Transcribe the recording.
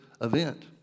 event